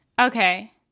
Okay